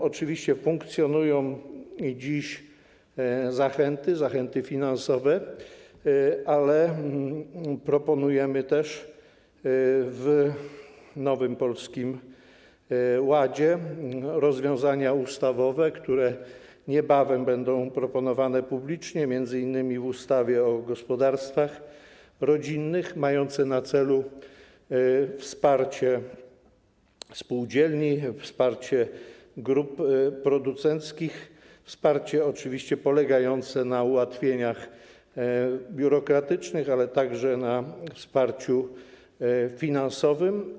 Oczywiście funkcjonują i dziś zachęty, zachęty finansowe, ale proponujemy też w Nowym Polskim Ładzie rozwiązania ustawowe, które niebawem będą proponowane publicznie, m.in. w ustawie o gospodarstwach rodzinnych, mające na celu wsparcie spółdzielni, wsparcie grup producenckich - wsparcie polegające na ułatwieniach biurokratycznych, ale także wsparcie finansowe.